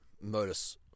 modus